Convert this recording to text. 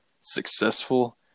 successful